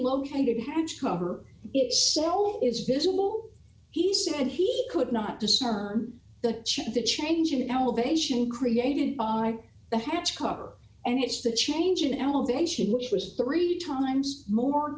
located hatch to her if so is visible he said he could not discern the change in elevation created by the hatch cover and it's the change in elevation which was three times more